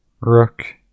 Rook